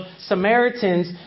Samaritans